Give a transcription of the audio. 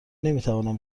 نمیتوانم